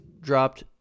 dropped